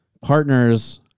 partner's